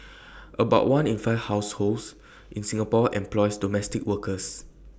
about one in five households in Singapore employs domestic workers